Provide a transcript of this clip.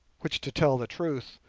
which, to tell the truth,